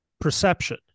perception